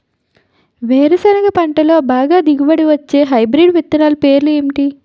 వేరుసెనగ పంటలో బాగా దిగుబడి వచ్చే హైబ్రిడ్ విత్తనాలు పేర్లు ఏంటి?